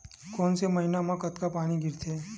कोन से महीना म कतका पानी गिरथे?